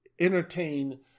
entertain